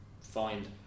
find